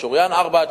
משוריין לארבעה עד